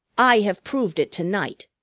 i have proved it to-night.